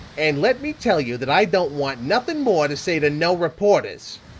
and let me tell you that i don't want nothing more to say to no reporters.